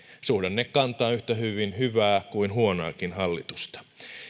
suhdanne kantaa yhtä hyvin hyvää kuin huonoakin hallitusta